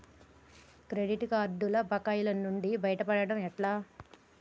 Credit కార్డుల బకాయిల నుండి బయటపడటం ఎట్లా?